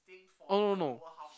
oh no no